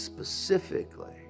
specifically